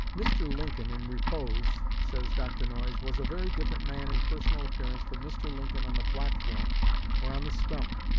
mr. lincoln in repose, says dr. noyes, was a very different man in personal appearance from mr. lincoln on the platform or on the stump,